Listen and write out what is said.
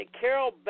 Carol